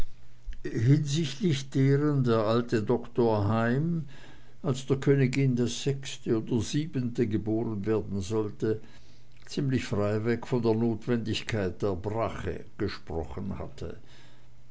hinsichtlich deren der alte doktor heim als der königin das sechste oder siebente geboren werden sollte ziemlich freiweg von der notwendigkeit der brache gesprochen hatte